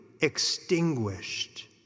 extinguished